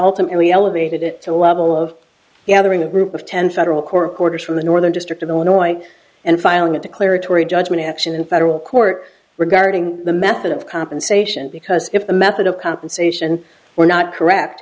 ultimately elevated it to a level of gathering a group of ten federal court orders from the northern district of illinois and filing a declaratory judgment action in federal court regarding the method of compensation because if the method of compensation were not correct